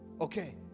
okay